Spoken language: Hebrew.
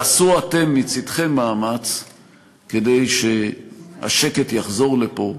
אבל תעשו אתם מצדכם מאמץ כדי שהשקט יחזור לפה